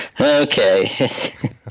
Okay